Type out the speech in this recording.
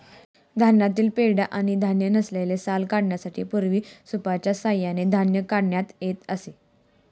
धान्यातील पेंढा आणि धान्य नसलेली साल काढण्यासाठी पूर्वी सूपच्या सहाय्याने धान्य टाकण्यात येत असे